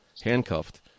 handcuffed